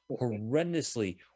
horrendously